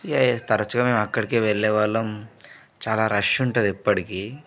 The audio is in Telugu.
ఇక తరచుగా మేము అక్కడికే వెళ్ళే వాళ్ళం చాలా రష్ ఉంటుంది ఎప్పటికీ